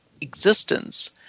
existence